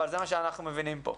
זה מה שאנחנו מבינים פה.